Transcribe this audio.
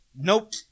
nope